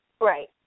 Right